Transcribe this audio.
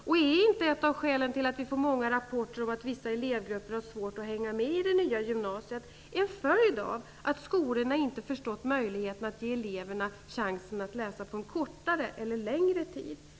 Och är inte ett av skälen till att vi får många rapporter om att vissa elevgrupper har svårt att hänga med i det nya gymnasiet en följd av att skolorna inte förstått möjligheten att ge eleverna chansen att läsa på kortare eller längre tid?